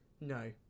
No